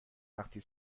وقتی